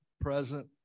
present